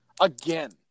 Again